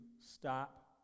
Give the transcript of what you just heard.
stop